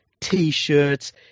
t-shirts